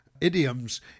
idioms